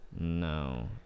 No